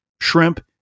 shrimp